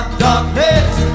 darkness